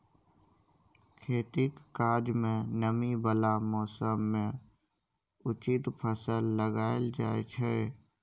खेतीक काज मे नमी बला मौसम मे उचित फसल लगाएल जाइ छै